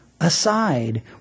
aside